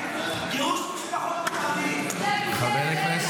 גירוש משפחות מחבלים.